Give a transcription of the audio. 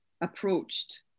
approached